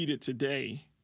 today